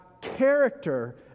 character